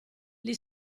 gli